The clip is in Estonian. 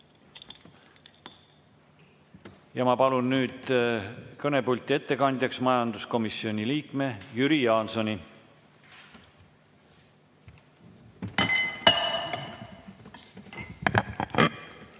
Ma palun nüüd kõnepulti ettekandjaks majanduskomisjoni liikme Jüri Jaansoni.